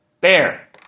Bear